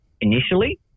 initially